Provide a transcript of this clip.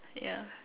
yeah